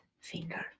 finger